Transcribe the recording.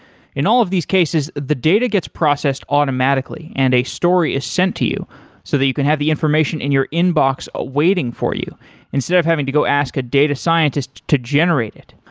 in all of these cases, the data gets processed automatically and a story is sent to you so that you can have the information in your inbox ah waiting for you instead of having to go ask a data scientist to generate it.